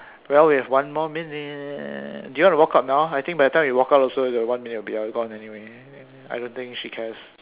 well we have one more minute do you want to walk out now I think by the time we walk out also the one minute will be gone anyway I don't think she cares